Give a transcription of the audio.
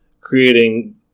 creating